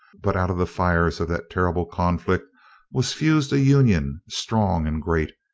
but out of the fires of that terrible conflict was fused a union strong and great,